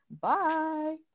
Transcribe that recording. Bye